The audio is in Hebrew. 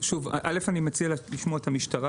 אני מציע שנשמע את המשטרה